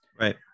Right